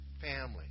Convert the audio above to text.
family